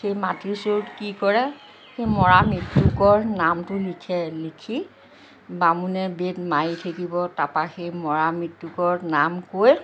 সেই মাটিৰ চৰুত কি কৰে সেই মৰা মৃতকৰ নামটো লিখে লিখি বামুণে বেদ মাৰি থাকিব তাৰ পৰা সেই মৰা মৃতকৰ নাম কৈ